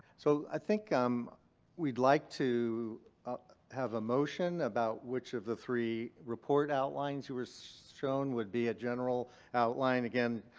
so i think um we'd like to have a motion about which of the three report outlines you were so shown would be a general outline. again,